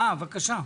בבקשה.